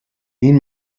این